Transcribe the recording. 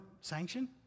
sanction